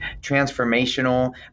transformational